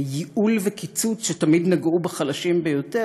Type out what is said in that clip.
ייעול וקיצוץ שתמיד נגעו בחלשים ביותר